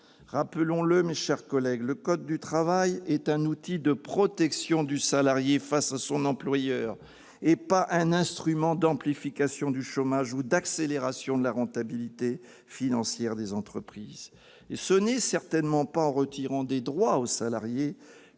Rappelons-le, mes chers collègues, le code du travail est un outil de protection du salarié face à son employeur, pas un instrument d'amplification du chômage ou d'accélération de la rentabilité financière des entreprises. Et ce n'est certainement pas en retirant des droits aux salariés